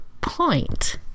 point